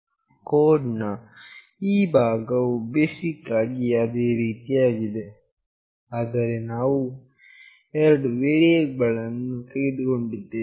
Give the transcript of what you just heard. code ನ ಈ ಭಾಗವು ಬೇಸಿಕ್ ಆಗಿ ಅದೇ ರೀತಿಯಾಗಿದೆ ಆದರೆ ನಾವು ಎರಡು ವೇರಿಯೇಬಲ್ ಗಳನ್ನು ತೆಗೆದುಕೊಂಡಿದ್ದೇವೆ